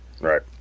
right